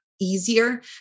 easier